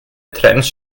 trends